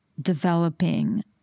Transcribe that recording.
developing